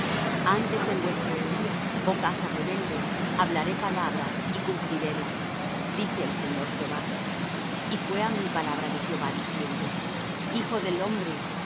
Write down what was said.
antes en vuestros días oh casa rebelde hablaré palabra y cumpliréla dice el señor jehová y fué á mí palabra de jehová diciendo hijo del hombre